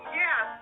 yes